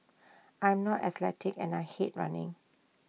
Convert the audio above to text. I'm not athletic and I hate running